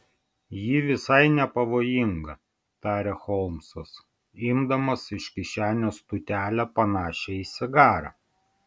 ji visai nepavojinga tarė holmsas imdamas iš kišenės tūtelę panašią į cigarą